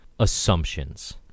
assumptions